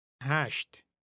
Hashed